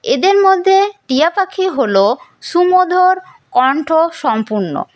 এদের মধ্যে টিয়া পাখি হল সুমধুর কন্ঠ সম্পন্ন